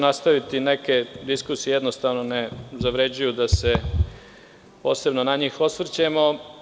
Nastaviću, jer neke diskusije jednostavno ne zavređuju da se posebno na njih osvrćemo.